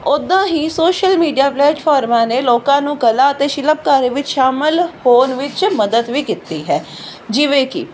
ਉੱਦਾਂ ਹੀ social media ਪਲੇਟਫਾਰਮਾਂ ਨੇ ਲੋਕਾਂ ਨੂੰ ਕਲਾ ਅਤੇ ਸ਼ਿਲਪਕਾਰੀ ਵਿੱਚ ਸ਼ਾਮਲ ਹੋਣ ਵਿੱਚ ਮਦਦ ਵੀ ਕੀਤੀ ਹੈ ਜਿਵੇਂ ਕਿ